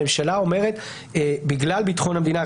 הממשלה אומרת: בגלל ביטחון המדינה,